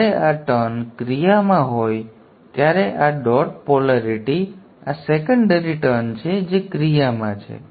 તેથી જ્યારે આ ટર્ન ક્રિયામાં હોય ત્યારે આ ડોટ પોલેરિટી આ સેકન્ડરી ટર્ન છે જે ક્રિયામાં છે